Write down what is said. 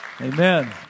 Amen